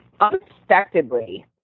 Unexpectedly